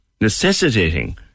necessitating